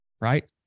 Right